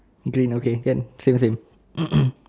okay no K can same same